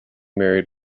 married